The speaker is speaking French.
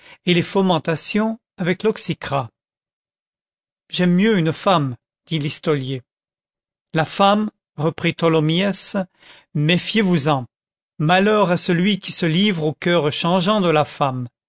et les fomentations avec l'oxycrat j'aime mieux une femme dit listolier la femme reprit tholomyès méfiez vous en malheur à celui qui se livre au coeur changeant de la femme